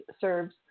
serves